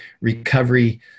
Recovery